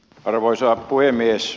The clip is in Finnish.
arvoisa puhemies